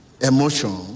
emotion